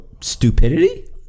stupidity